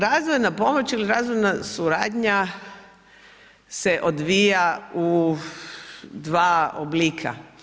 Razvojna pomoć ili razvojna suradnja se odvija u dva oblika.